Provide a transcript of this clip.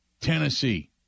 Tennessee